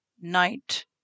night